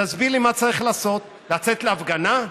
תסביר לי מה צריך לעשות, לצאת להפגנה?